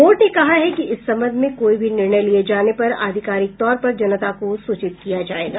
board ने कहा है कि इस संबंध में कोई भी निर्णय लिये जाने पर आधिकारिक तौर पर जनता को सूचित किया जाएगा